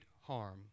harm